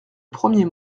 premier